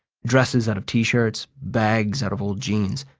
dresses out of t-shirts. bags out of old jeans.